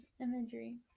imagery